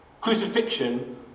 Crucifixion